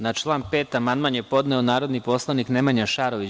Na član 5. amandman je podneo narodni poslanik Nemanja Šarović.